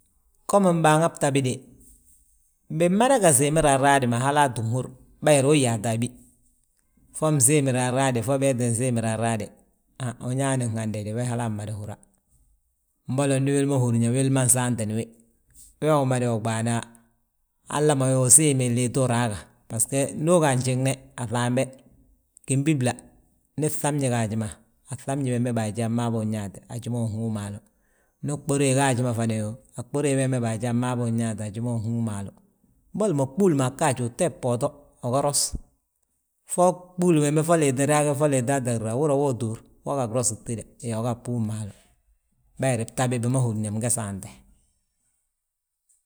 Gomi mbaŋan bta bi de, bimada ga siimi raraadi ma halaa tti húri, bayiri hú yaata a bi. Fo bisiimi raraade, fo bii tti siim raraade han uñaanin hande we de we halaa mmada húra. Mboli ndi wili ma húri yaa wili ma saantini wi, we umada wi ɓaana. Halla ma wi usiimi liiti uraa ga? Basgo ndu uga a njiŋne, a ŧambe, gimbibla ngi fŧabñi gaaji ma. A fŧabñi bembe baaji a maabi uyaati, haji ma unhúu maalu ma; Ndi gbure gaaji ma, a gbure bembe baaji a mmaa bi uyaati haji ma, unhú maalu ma. Boli mo ɓúul maa ggaaj utee booto uga ros, fo ɓúuli gembe fo liiti raa gi fo liitaa tti raa uhúri yaa, wo ttúur wo ga grose gtida haa uga ɓúu maalu. Bayiri bta bi ma húrin yaa, bge saante.